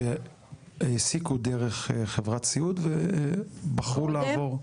שהעסיקו דרך חברת סיעוד ובחרו לעבור?